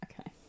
Okay